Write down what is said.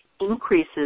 increases